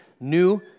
new